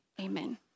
Amen